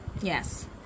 Yes